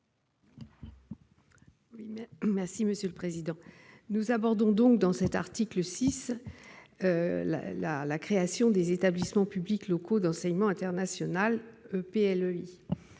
Lepage, sur l'article. Nous abordons dans cet article 6 la création des établissements publics locaux d'enseignement international, ou EPLEI.